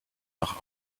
noch